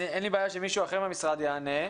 אין לי בעיה שמישהו אחר במשרד יענה.